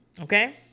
okay